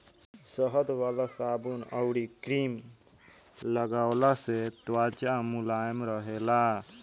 शहद वाला साबुन अउरी क्रीम लगवला से त्वचा मुलायम रहेला